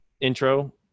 intro